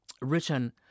written